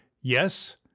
Yes